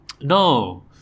No